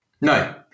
No